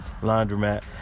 laundromat